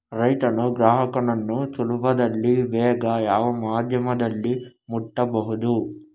ರೈತನು ಗ್ರಾಹಕನನ್ನು ಸುಲಭದಲ್ಲಿ ಬೇಗ ಯಾವ ಮಾಧ್ಯಮದಲ್ಲಿ ಮುಟ್ಟಬಹುದು?